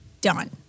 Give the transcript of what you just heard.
done